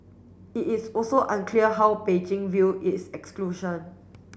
it is also unclear how Beijing view its exclusion